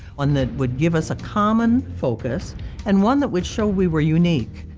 one that would give us a common focus and one that would show we were unique.